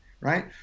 right